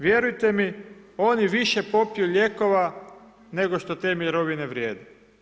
Vjerujte mi, oni više popiju lijekova, nego što te mirovine vrijede.